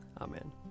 Amen